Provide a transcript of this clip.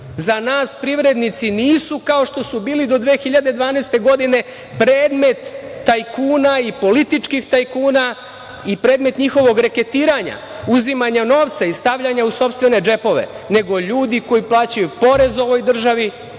nas privrednici nisu kao što su bili do 2012. godine predmet tajkuna i političkih tajkuna i predmet njihovog reketiranja, uzimanja novca i stavljanja u sopstvene džepove, nego ljudi koji plaćaju porez ovoj državi,